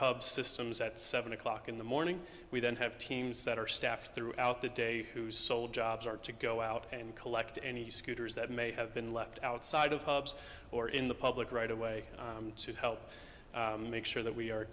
hubs systems at seven o'clock in the morning we then have teams that are staffed throughout the day whose sole jobs are to go out and collect any scooters that may have been left outside of hubs or in the public right away to help make sure that we are